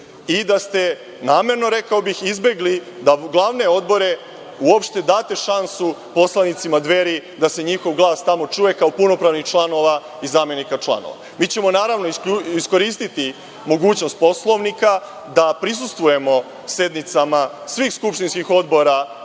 i da ste namerno, rekao bih, izbegli da u glavnim odborima uopšte date šansu poslanicima Dveri, da se njihov glas tamo čuje kao punopravnih članova i zamenika članova. Mi ćemo naravno iskoristiti mogućnost Poslovnika da prisustvujemo sednicama svih skupštinskih odbora